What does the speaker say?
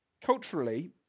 Culturally